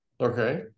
Okay